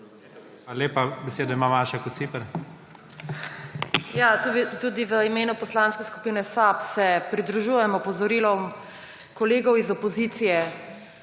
lepa. Besedo ima Maša Kociper.